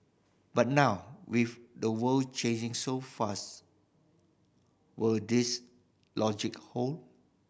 but now with the world changing so fast will this logic hold